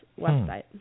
website